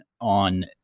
on